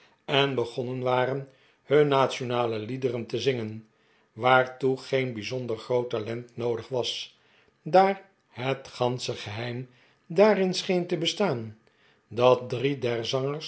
en begonnen waren hun nationale iiederen te zingen waartoe geen bijzonder groot talent noodig was daar het gansche geheim daarin scheen te bestaan dat drie der